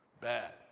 bad